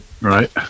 right